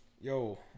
Yo